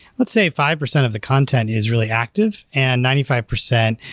let's say five percent of the content is really active and ninety five percent,